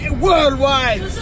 worldwide